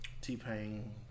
T-Pain